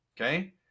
Okay